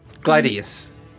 Gladius